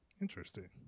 Interesting